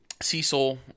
Cecil